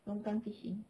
longkang fishing